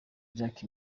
jack